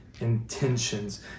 intentions